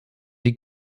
die